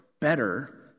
better